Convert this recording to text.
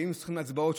היינו צריכים הצבעות,